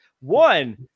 one